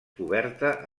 coberta